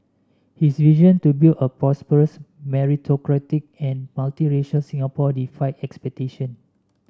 his vision to build a prosperous meritocratic and multi nation Singapore defied expectation